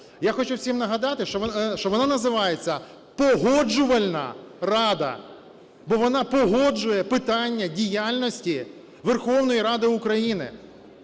Я хочу всім нагадати, що вона називається "Погоджувальна рада". Бо вона погоджує питання діяльності Верховної Ради України,